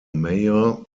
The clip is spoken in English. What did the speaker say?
mayor